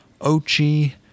Ochi